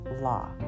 law